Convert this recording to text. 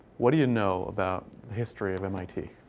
what do you know about the history of mit,